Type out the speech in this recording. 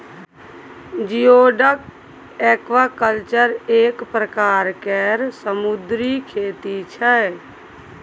geoduck aquaculture एक परकार केर समुन्दरी खेती छै